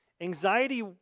Anxiety